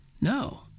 no